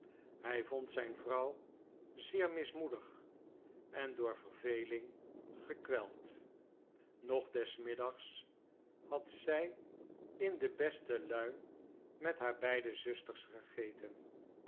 hij vond zijn vrouw zeer mismoedig en door verveling gekweld nog des middags had zij in de beste luim met haar beide zusters gegeten